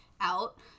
out